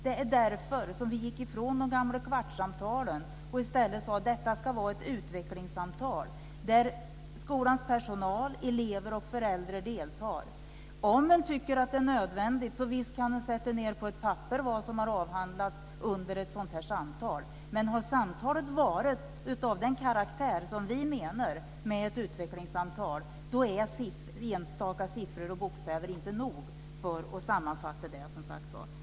Det är därför vi gick ifrån de gamla kvartssamtalen och i stället sade: Detta ska vara ett utvecklingssamtal där skolans personal, elever och föräldrar deltar. Om man tycker att det är nödvändigt så kan man sätta ned på ett papper vad som har avhandlats under ett sådant här samtal - visst! Men har samtalet varit av den karaktär som vi menar med ett utvecklingssamtal så är enstaka siffror och bokstäver inte nog för att sammanfatta det.